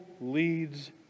leads